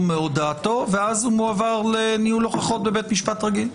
מהודאתו ואז הוא מועבר לניהול הוכחות בבית משפט רגיל?